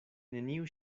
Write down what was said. neniu